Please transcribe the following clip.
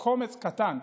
קומץ קטן,